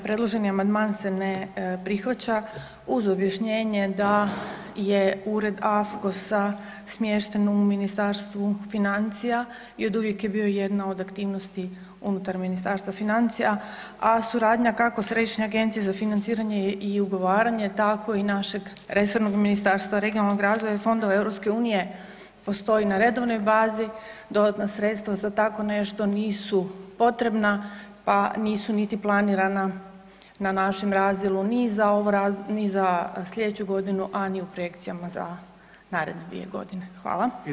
Predloženi amandman se ne prihvaća uz objašnjenje da je ured AFCOS-a smješten u Ministarstvu financija i oduvijek je bio jedna od aktivnosti unutar Ministarstva financija, a suradnja kako Središnje agencije za financiranje i ugovaranje, tako i našeg resornog Ministarstva regionalnog razvoja i fondova EU postoji na redovnoj bazi, dodatna sredstva za tako nešto nisu potrebna, pa nisu niti planirana na našem razdjelu ni za ovo, ni za slijedeću godinu, a ni u projekcijama za naredne 2.g. Hvala.